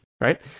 Right